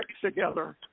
together